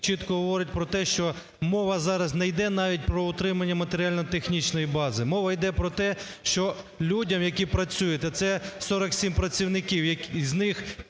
чітко говорить про те, що мова зараз не йде навіть про утримання матеріально-технічної бази. Мова йде про те, що людям, які працюють, а це 47 працівників і з них